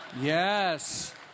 Yes